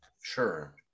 Sure